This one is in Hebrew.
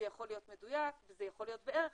זה יכול להיות מדויק וזה יכול להיות בערך,